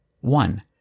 One